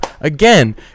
Again